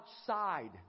outside